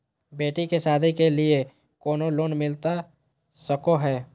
बेटी के सादी के लिए कोनो लोन मिलता सको है?